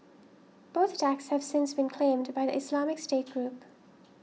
both attacks have since been claimed by the Islamic State group